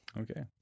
Okay